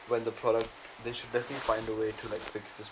when the product they should definitely find a way to make fix this